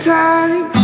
time